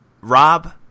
Rob